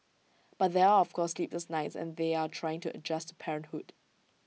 but there are of course sleepless nights and they are trying to adjust parenthood